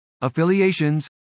affiliations